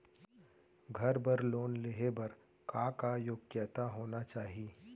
घर बर लोन लेहे बर का का योग्यता होना चाही?